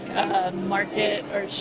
ah market or,